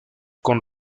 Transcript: con